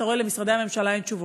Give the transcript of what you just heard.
אתה רואה שלמשרדי הממשלה אין תשובות.